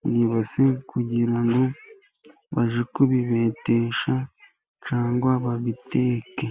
mu ibase, kugira ngo bajye kubibetesha cyangwa babiteke.